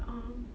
um